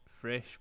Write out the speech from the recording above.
fresh